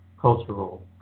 cultural